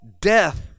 death